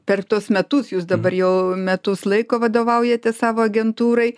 per tuos metus jūs dabar jau metus laiko vadovaujate savo agentūrai